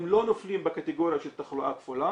הם לא נופלים בקטגוריה של תחלואה כפולה